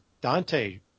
Dante